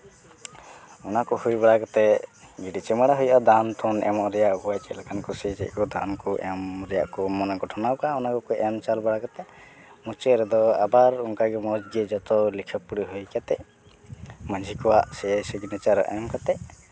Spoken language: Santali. ᱚᱱᱟ ᱠᱚ ᱦᱩᱭ ᱵᱟᱲᱟ ᱠᱟᱛᱮ ᱜᱤᱰᱤ ᱪᱩᱢᱟᱹᱲᱟ ᱦᱩᱭᱩᱜᱼᱟ ᱫᱟᱱᱼᱴᱷᱚᱝ ᱮᱢᱚᱜ ᱨᱮᱭᱟᱜ ᱚᱠᱚᱭ ᱪᱮᱫ ᱞᱮᱠᱟᱱ ᱠᱩᱥᱤ ᱪᱮᱫ ᱠᱚ ᱫᱟᱱ ᱠ ᱮᱢ ᱨᱮᱭᱟᱜ ᱠᱚ ᱢᱚᱱᱮ ᱜᱚᱴᱷᱚᱱᱟᱣᱟᱠᱟᱜᱼᱟ ᱚᱱᱟᱠᱚ ᱮᱢ ᱪᱟᱞ ᱵᱟᱲᱟ ᱠᱟᱛᱮᱫ ᱢᱩᱪᱟᱹᱫ ᱨᱮᱫᱚ ᱟᱵᱟᱨ ᱢᱚᱡᱽ ᱜᱮ ᱡᱚᱛᱚ ᱞᱮᱠᱷᱟ ᱯᱩᱨᱟᱹ ᱦᱩᱭ ᱠᱟᱛᱮ ᱢᱟᱹᱡᱷᱤ ᱠᱚᱣᱟᱜ ᱥᱚᱭ ᱥᱤᱜᱽᱱᱮᱪᱟᱨ ᱮᱢ ᱠᱟᱛᱮ